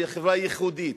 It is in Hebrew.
שהיא חברה ייחודית.